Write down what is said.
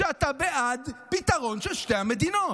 שאתה בעד פתרון של שתי המדינות.